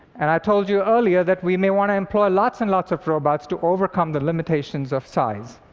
and i told you earlier that we may want to employ lots and lots of robots to overcome the limitations of size.